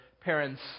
parents